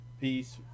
peace